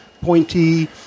pointy